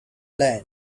lead